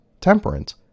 temperance